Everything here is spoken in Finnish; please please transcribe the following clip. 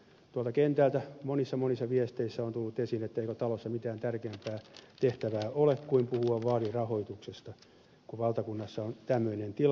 tuolta kentältä monissa monissa viesteissä on tullut esiin kysymys eikö talossa mitään tärkeämpää tehtävää ole kuin puhua vaalirahoituksesta kun valtakunnassa on tämmöinen tila